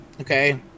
Okay